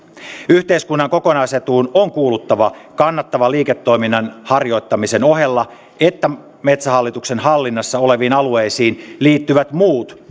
yhteiskunnan kokonaisetuun on kuuluttava kannattavan liiketoiminnan harjoittamisen ohella että metsähallituksen hallinnassa oleviin alueisiin liittyvät muut